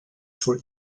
for